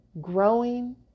growing